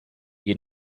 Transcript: you